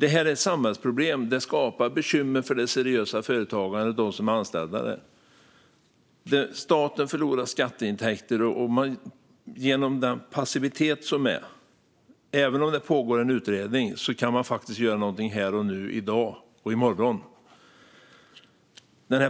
Det är ett samhällsproblem som skapar bekymmer för det seriösa företagandet och för de anställda. Staten förlorar skatteintäkter på grund av passivitet. Även om det pågår en utredning går det att göra någonting här och nu i dag och i morgon.